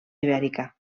ibèrica